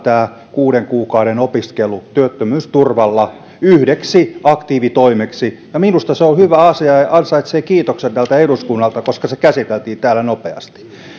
kuuden kuukauden opiskelu työttömyysturvalla yhdeksi aktiivitoimeksi minusta se on hyvä asia ja tämä eduskunta ansaitsee kiitoksen koska se käsiteltiin täällä nopeasti